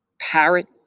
parrot